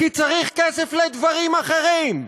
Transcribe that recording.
כי צריך כסף לדברים אחרים.